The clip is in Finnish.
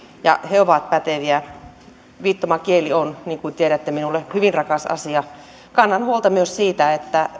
ja he ovat päteviä viittomakieli on niin kuin tiedätte minulle hyvin rakas asia kannan huolta myös siitä että